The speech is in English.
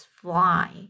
fly